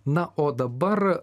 na o dabar